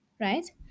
right